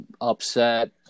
upset